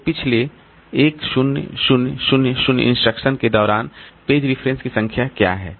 तो पिछले 10 000 इंस्ट्रक्शन के दौरान पेज रिफरेंस की संख्या क्या हैं